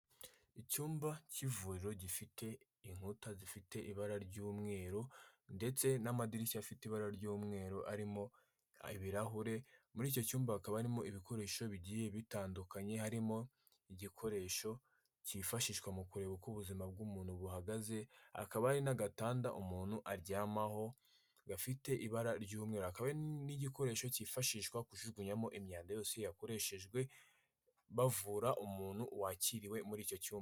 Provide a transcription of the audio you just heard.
Icyumba cy'ivuriro gifite inkuta zifite ibara ry'umweru ndetse n'amadirishya afite ibara ry'umweru arimo ibirahure, muri icyo cyumba hakaba harimo ibikoresho bigiye bitandukanye, harimo igikoresho cyifashishwa mu kureba uko ubuzima bw'umuntu buhagaze, hakaba hari n'agatanda umuntu aryamaho gafite ibara ry'umweru, hakaba hari n'igikoresho cyifashishwa kujugunyamo imyanda yose yakoreshejwe, bavura umuntu wakiriwe muri icyo cyumba.